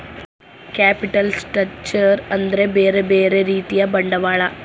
capital structure ಅಂದ್ರ ಬ್ಯೆರೆ ಬ್ಯೆರೆ ರೀತಿಯ ಬಂಡವಾಳ